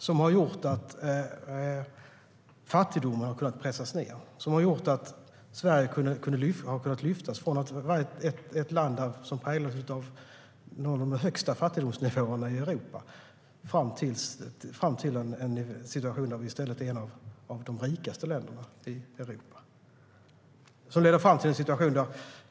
Den pressade ned fattigdomen och lyfte Sverige från att vara ett av Europas fattigaste länder till att bli ett av Europas rikaste länder.